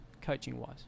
coaching-wise